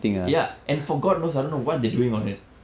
ya and for god knows I don't know what they're doing on it